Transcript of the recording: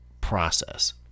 process